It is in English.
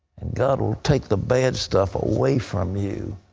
and god will take the bad stuff away from you.